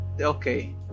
okay